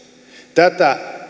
tätä